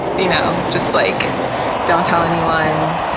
you know, just like don't tell anyone,